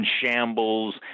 shambles